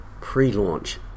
pre-launch